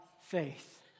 faith